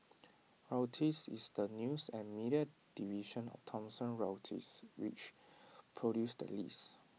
Reuters is the news and media division of Thomson Reuters which produced the list